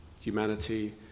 Humanity